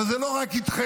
אבל זה לא רק איתכם,